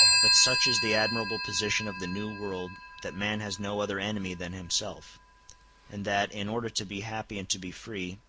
but such is the admirable position of the new world that man has no other enemy than himself and that, in order to be happy and to be free,